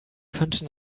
könnte